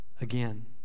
again